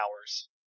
hours